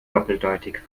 doppeldeutig